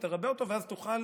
תרבה אותו ואז תוכל